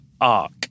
arc